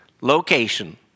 location